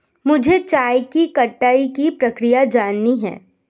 मुझे चाय की कटाई की प्रक्रिया जाननी है